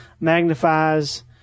magnifies